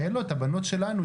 הבנות שלנו,